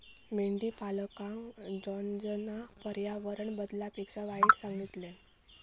मेंढीपालनका जॉर्जना पर्यावरण बदलापेक्षा वाईट सांगितल्यान